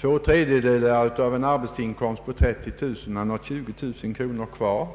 två tredjedelar av en arbetsinkomst på 30000 kronor har 20 000 kronor kvar.